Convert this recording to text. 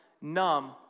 numb